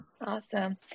Awesome